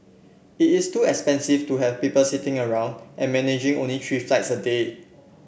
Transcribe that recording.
it is too expensive to have people sitting around and managing only three flights a day